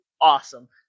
awesome